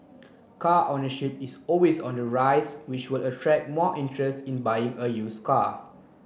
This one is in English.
car ownership is always on the rise which will attract more interest in buying a use car